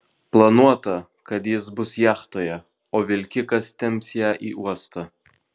planuota kad jis bus jachtoje o vilkikas temps ją į uostą